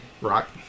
Rock